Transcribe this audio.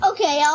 Okay